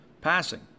passing